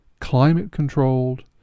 Climate-controlled